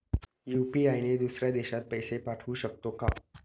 UPI ने दुसऱ्या देशात पैसे पाठवू शकतो का?